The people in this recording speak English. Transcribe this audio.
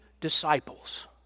disciples